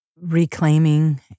Reclaiming